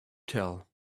tell